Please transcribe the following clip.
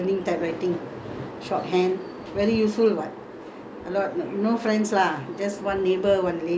shorthand typewriting from my house I go there learning typewriting shorthand very useful [what]